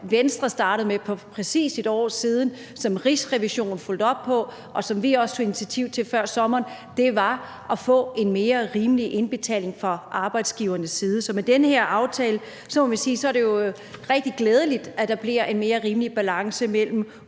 Venstre startede med for præcis 1 år siden, som Rigsrevisionen fulgte op på, og som vi også tog initiativ til før sommeren. Det var at få en mere rimelig indbetaling fra arbejdsgivernes side. Så vi må sige, at det med den her aftale jo er rigtig glædeligt, at der bliver en mere rimelig balance mellem